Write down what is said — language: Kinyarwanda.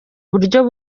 buryo